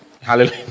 Hallelujah